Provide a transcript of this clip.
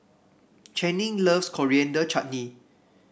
Channing loves Coriander Chutney